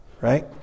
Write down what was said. right